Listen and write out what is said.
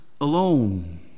alone